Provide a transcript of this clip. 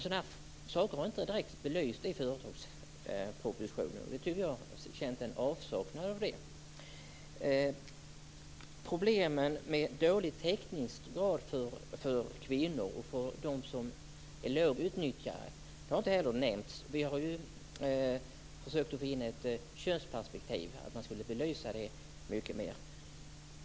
Sådana här saker har inte direkt belysts i företagshälsovårdspropositionen, och jag har känt det som en brist. Inte heller har problemen med dålig täckningsgrad för kvinnor och för lågutnyttjad arbetskraft nämnts. Vi har försökt föra in ett könsperspektiv och vill att detta skulle belysas mycket mer.